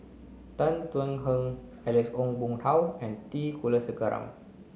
Tan Thuan Heng Alex Ong Boon Hau and T Kulasekaram